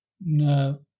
No